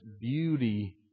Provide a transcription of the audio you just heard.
beauty